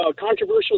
controversial